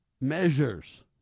measures